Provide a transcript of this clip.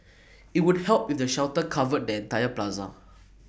IT would help if the shelter covered the entire plaza